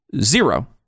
Zero